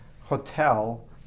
hotel